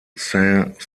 saint